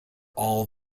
all